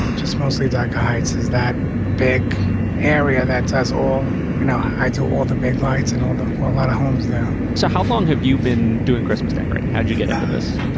and just mostly dark nights. is that big area that has all you know? i do. all the big lights and all that. well, a lot of homes now so how long have you been doing christmas decorating? how did you get into this?